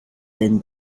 thin